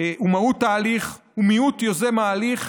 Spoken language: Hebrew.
ההליך ומיהות יוזם ההליך,